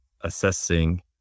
assessing